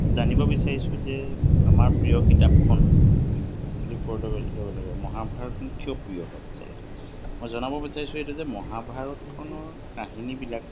জানিব বিচাৰিছোঁ যে আমাৰ প্ৰিয় কিতাপখন বুলি ক'ব ল'ব ল'ব লাগে মহাভাৰতখন কিয় প্ৰিয় হ'ল আচলতে মই জনাব বিচাৰিছোঁ এইটো যে মহাভাৰতখনৰ কাহিনীবিলাক